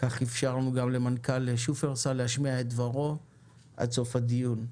כך אפשרנו גם למנכ"ל שופרסל להשמיע את דברו עד סוף הדיון.